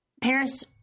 Paris